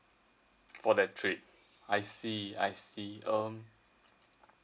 for that trip I see I see um